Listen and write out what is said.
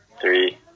three